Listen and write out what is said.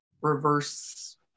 reverse